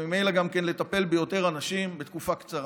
וממילא גם לטפל ביותר אנשים בתקופה קצרה.